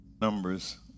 Numbers